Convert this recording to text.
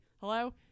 hello